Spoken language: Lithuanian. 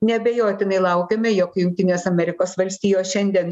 neabejotinai laukiame jog jungtinės amerikos valstijos šiandien